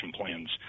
plans